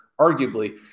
arguably